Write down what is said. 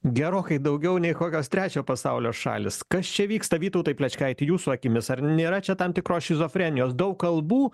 gerokai daugiau nei kokios trečio pasaulio šalys kas čia vyksta vytautai plečkaiti jūsų akimis ar nėra čia tam tikros šizofrenijos daug kalbų